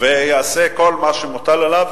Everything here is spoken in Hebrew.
ויעשה כל מה שמוטל עליו,